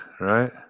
right